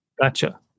Gotcha